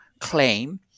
claim